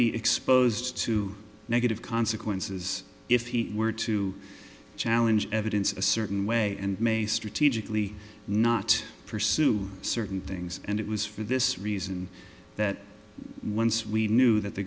be exposed to negative consequences if he were to challenge evidence a certain way and may strategically not pursue certain things and it was for this reason that once we knew that the